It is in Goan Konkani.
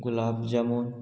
गुलाब जामून